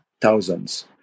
thousands